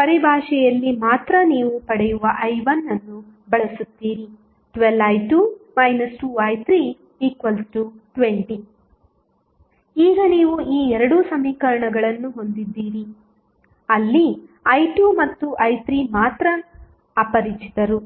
ಪರಿಭಾಷೆಯಲ್ಲಿ ಮಾತ್ರ ನೀವು ಪಡೆಯುವ i1 ಅನ್ನು ಬಳಸುತ್ತೀರಿ 12i2 2i3 20 ಈಗ ನೀವು ಈ ಎರಡು ಸಮೀಕರಣಗಳನ್ನು ಹೊಂದಿದ್ದೀರಿ ಅಲ್ಲಿ i2 ಮತ್ತು i3 ಮಾತ್ರ ಅಪರಿಚಿತರು